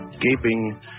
gaping